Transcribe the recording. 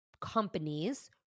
companies